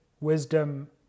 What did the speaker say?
wisdom